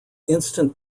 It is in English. instant